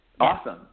Awesome